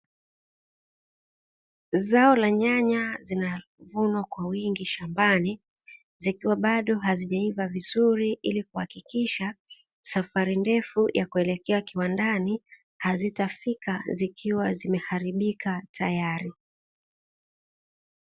Zao la nyanya zinavunwa kwa wingi shambani zikiwa bado hazijaiva vizuri, ili kuhakikisha safari ndefu ya kuelekea kiwandani hazitafika zikiwa zimeharibika tayari.